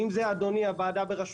אם זה אדוני שהוועדה בראשותך,